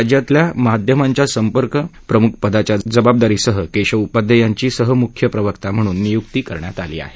राज्यातील माध्यमांच्या संपर्कप्रमुखपदाच्या जबाबदारीसह केशव उपाध्ये यांची सहमुख्य प्रवक्ता म्हण्न निय्क्ती करण्यात आली आहे